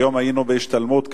היום היינו בהשתלמות,